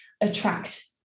Attract